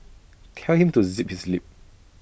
tell him to zip his lip